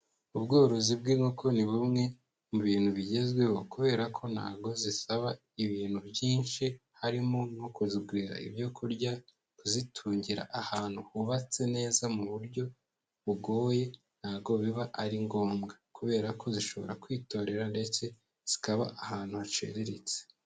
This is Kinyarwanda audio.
Ubworozi bw'inkoko ni bumwe mu bintu bigezweho kubera ko ntago zisaba ibintu byinshi harimo nko kuzigurira ibyo kurya, kuzitungira ahantu hubatse neza mu buryo bugoye ntago biba ari ngombwa kubera ko zishobora kwitorera ndetse zikaba ahantu haciriritse.